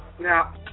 Now